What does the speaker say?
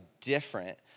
different